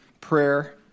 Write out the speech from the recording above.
prayer